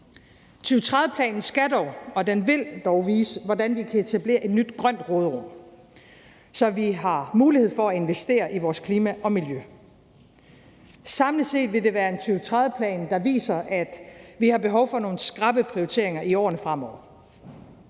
2030-planen skal – og vil – dog vise, hvordan vi kan etablere et nyt grønt råderum, så vi har mulighed for at investere i vores klima og miljø. Samlet set vil det være en 2030-plan, der viser, at vi har behov for nogle skrappe prioriteringer i årene fremover.